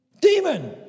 Demon